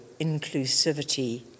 inclusivity